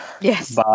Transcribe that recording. Yes